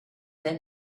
then